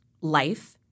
life